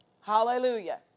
Hallelujah